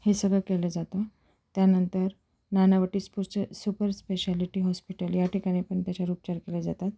हे सगळं केलं जातं त्यानंतर नानावटी स्पूर्च सुपर स्पेशालिटी हॉस्पिटल या ठिकाणी पण त्याच्यावर उपचार केले जातात